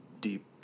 deep